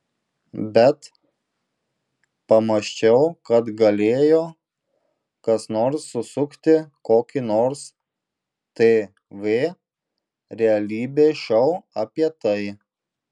bet pamąsčiau kad galėjo kas nors susukti kokį nors tv realybės šou apie tai